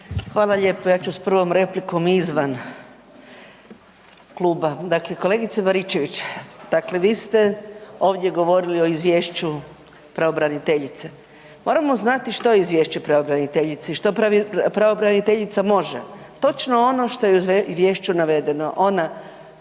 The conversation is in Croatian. Hvala lijepo. Ja ću s prvom replikom izvan kluba. Dakle, kolegice Baričević vi ste ovdje govorili o izvješću pravobraniteljice, moramo znati što je izvješće pravobraniteljice i što pravobraniteljica može. Točno ono što je u izvješću navedeno, ona